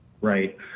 Right